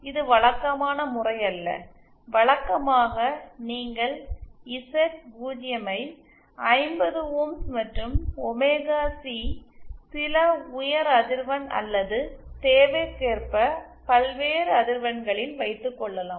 இது வழக்கமான முறை அல்ல வழக்கமாக நீங்கள் இசட்0 ஐ 50 ஓம்ஸ் மற்றும் ஒமேகா சி சில உயர் அதிர்வெண் அல்லது தேவைக்கேற்ப பல்வேறு அதிர்வெண்களில் வைத்து கொள்ளலாம்